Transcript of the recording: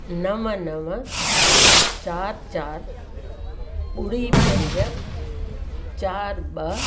नव नव चारि चारि ॿुड़ी पंज चारि ॿ